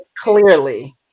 clearly